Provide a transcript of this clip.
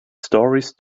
stories